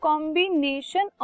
Combination